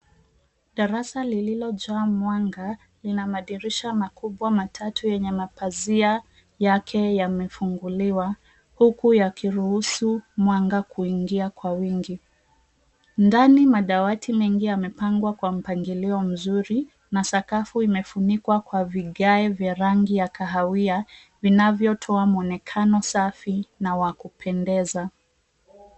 Darasa lililojaa mwanga ina madirisha makubwa matatu yenye pazia yake imefunguliwa huku yakiruhusu mwanga kuingia kwa wingi ndani. Madawati mengi yamepangwa kwa mpangilio mzuri na sakafu imefunikwa kwa vigae vya rangi ya kahawia vinavyo toa muonekano safi na wakupendeza.